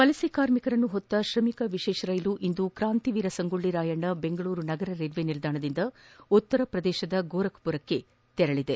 ವಲಸೆ ಪ್ರಯಾಣಿಕರನ್ನು ಹೊತ್ತ ಶ್ರಮಿಕ್ ವಿಶೇಷ ರೈಲು ಇಂದು ಕ್ರಾಂತಿವೀರ ಸಂಗೋಳ್ಳಿ ರಾಯಣ್ಣ ಬೆಂಗಳೂರು ನಗರ ರೈಲ್ವೆ ನಿಲ್ದಾಣದಿಂದ ಉತ್ತರ ಪ್ರದೇಶದ ಗೋರಬ್ ಪುರಕ್ಕೆ ತೆರಳಿದೆ